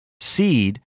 seed